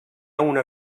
una